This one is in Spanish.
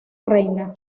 reina